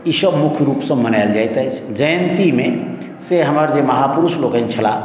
ईसभ मुख्य रूपसँ मनायल जाइत अछि जयन्तीमे से हमर जे महापुरुष लोकनि छलाह